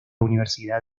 universidad